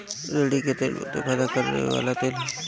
रेड़ी के तेल बहुते फयदा करेवाला तेल ह